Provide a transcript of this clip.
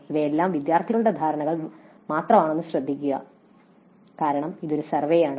ഇവയെല്ലാം വിദ്യാർത്ഥികളുടെ ധാരണകൾ മാത്രമാണെന്നത് ശ്രദ്ധിക്കുക കാരണം ഇത് ഒരു സർവേയാണ്